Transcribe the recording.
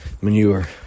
manure